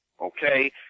Okay